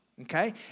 okay